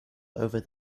over